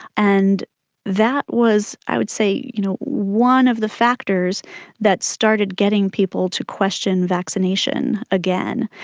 and that was i would say you know one of the factors that started getting people to question vaccination again.